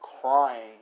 crying